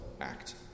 act